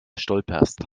stolperst